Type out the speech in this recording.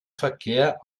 verkehr